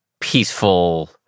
peaceful